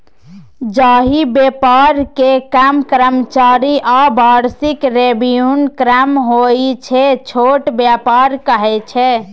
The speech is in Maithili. जाहि बेपार मे कम कर्मचारी आ बार्षिक रेवेन्यू कम होइ छै छोट बेपार कहय छै